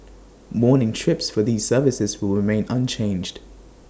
morning trips for these services will remain unchanged